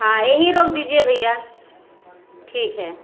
हाँ यहीं रोक दीजिए भैया ठीक है